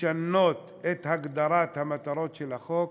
לשנות את הגדרת המטרות של החוק,